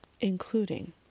including